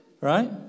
Right